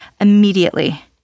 Immediately